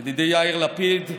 ידידי יאיר לפיד,